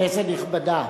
כנסת נכבדה,